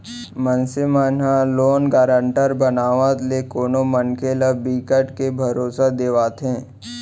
मनसे मन ह लोन गारंटर बनावत ले कोनो मनखे ल बिकट के भरोसा देवाथे